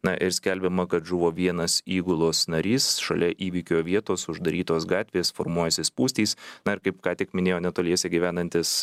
na ir skelbiama kad žuvo vienas įgulos narys šalia įvykio vietos uždarytos gatvės formuojasi spūstys na kaip ką tik minėjo netoliese gyvenantis